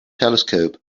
telescope